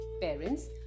Parents